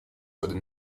would